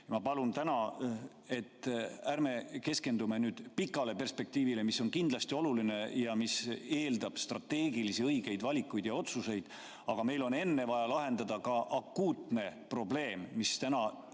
Ma palun täna, et ärme keskendume nüüd pikale perspektiivile, mis on kindlasti ka oluline ja mis eeldab õigeid strateegilisi valikuid ja otsuseid, aga meil on enne vaja lahendada akuutne probleem, mis täna